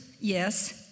yes